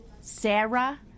Sarah